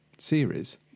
series